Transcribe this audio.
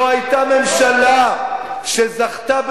לא היתה ממשלה ש"זכתה"